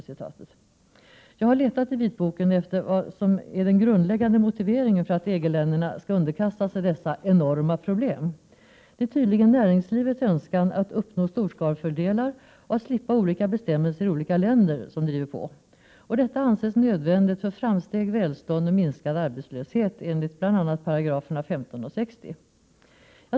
Jag har letat i vitboken efter vad som är den grundläggande motiveringen för att EG-länderna skall underkasta sig dessa ”enorma problem”. Det är tydligen näringslivets önskan att uppnå storskalefördelar och att slippa olika bestämmelser i olika länder, som driver på. Detta anses nödvändigt för framsteg, välstånd och minskad arbetslöshet, enligt bl.a. §§ 15 och 60.